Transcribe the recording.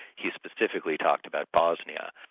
he specifically talked about bosnia.